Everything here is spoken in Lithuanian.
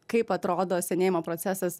kaip atrodo senėjimo procesas